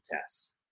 tests